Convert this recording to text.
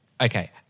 Okay